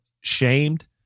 shamed